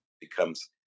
becomes